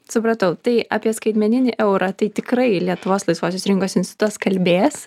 supratau tai apie skaitmeninį eurą tai tikrai lietuvos laisvosios rinkos insutas kalbėjęs